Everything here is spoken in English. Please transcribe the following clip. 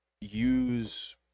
use